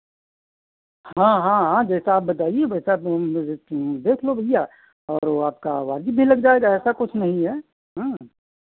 हाँ हाँ हाँ जैसा आप बताइए वैसा तुम देख लो भैया और वो आपका वाजिब भी लग जाएगा ऐसा कुछ नहीं है हाँ